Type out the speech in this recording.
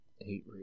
Eight